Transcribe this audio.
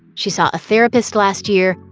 she saw a therapist last year,